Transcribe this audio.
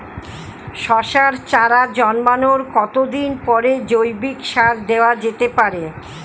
শশার চারা জন্মানোর কতদিন পরে জৈবিক সার দেওয়া যেতে পারে?